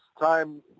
time